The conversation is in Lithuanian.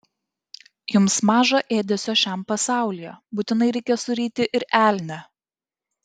jums maža ėdesio šiam pasaulyje būtinai reikia suryti ir elnią